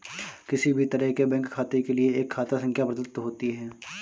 किसी भी तरह के बैंक खाते के लिये एक खाता संख्या प्रदत्त होती है